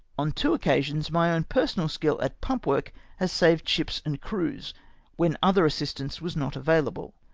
on two occasions my own personal skill at pump-work has saved ships and crews when other assistance was not available.